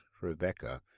Rebecca